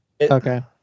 okay